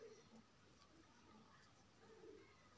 अगर ई.एम.आई पर कार लेबै त हर महिना केतना पैसा देबे पड़तै?